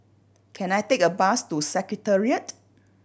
can I take a bus to Secretariat